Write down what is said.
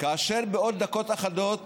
כאשר בעוד דקות אחדות